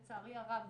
לצערי הרב,